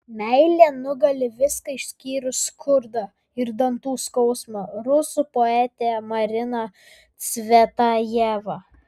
meilė nugali viską išskyrus skurdą ir dantų skausmą rusų poetė marina cvetajeva